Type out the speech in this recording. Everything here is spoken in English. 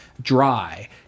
dry